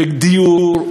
בדיור,